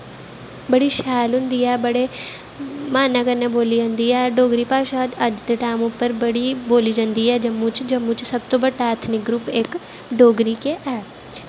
बड़ी शैल होंदी ऐ बड़े मानै कन्नैं बोल्ली जंदी ऐ डोगरी भाशा अज्ज तदे टैम च बड़ी बोल्ली जंदी ऐ जम्मू च जम्मू च बड्डा ऐ ऐथनिक ग्रुप इक डोगरी गै ऐ